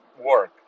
work